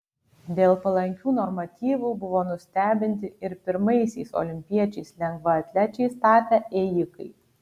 dėl palankių normatyvų buvo nustebinti ir pirmaisiais olimpiečiais lengvaatlečiais tapę ėjikai